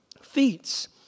feats